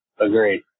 Agreed